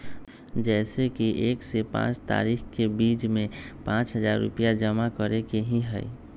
जैसे कि एक से पाँच तारीक के बीज में पाँच हजार रुपया जमा करेके ही हैई?